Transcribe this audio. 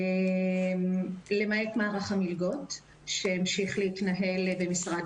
‏למעט מערך המלגות שהמשיך להתנהל במשרד